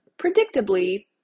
predictably